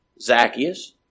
Zacchaeus